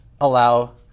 allow